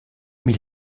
mit